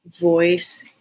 voice